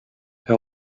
her